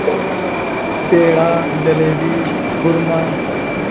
پیڑا jalebi کھرما